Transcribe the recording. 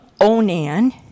Onan